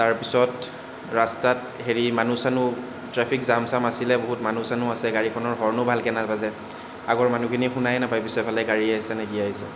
তাৰ পিছত ৰাস্তাত হেৰি মানুহ চানুহ ট্ৰেফিক জাম চাম আছিলে বহুত মানুহ চানুহ আছে গাড়ীখনৰ হৰ্ণো ভালকে নাবাজে আগৰ মানুহখিনি শুনায় নাপায় পিছৰ ফালে গাড়ী আহিছে নে কি আহিছে